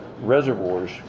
reservoirs